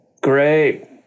Great